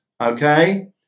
okay